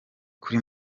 kuri